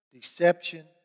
deception